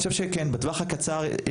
אני חושב שכן בטווח הקצר,